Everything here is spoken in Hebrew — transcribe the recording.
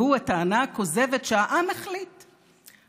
והוא הטענה הכוזבת שהעם החליט,